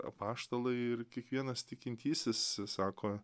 apaštalai ir kiekvienas tikintysis sako